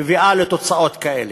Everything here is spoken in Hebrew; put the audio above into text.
מביאה לתוצאות כאלה.